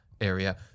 area